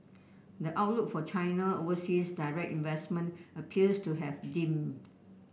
the outlook for China overseas direct investment appears to have dimmed